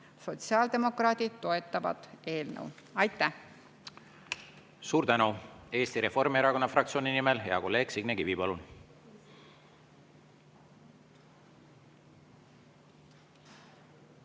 Sotsiaaldemokraadid toetavad eelnõu. Aitäh!